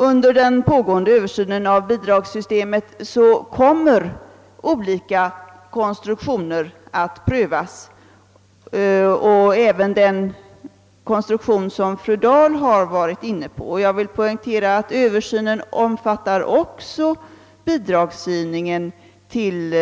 Under den pågående översynen av bidragssystemet kommer olika konstruktioner att prövas — även den konstruktion som fru Dahl har föreslagit. Jag vill poängtera att översynen omfattar också bidragsgivningen till